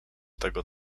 tego